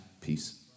peace